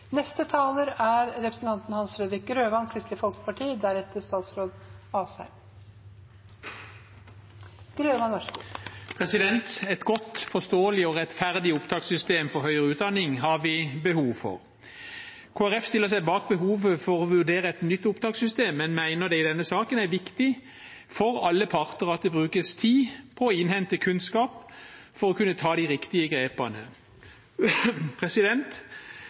Et godt, forståelig og rettferdig opptakssystem for høyere utdanning har vi behov for. Kristelig Folkeparti stiller seg bak behovet for å vurdere et nytt opptakssystem, men mener det i denne saken er viktig for alle parter at det brukes tid på å innhente kunnskap for å kunne ta de riktige grepene.